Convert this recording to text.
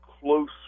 close